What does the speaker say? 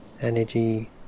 energy